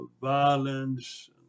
Violence